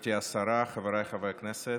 גברתי השרה, חבריי חברי הכנסת,